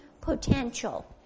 potential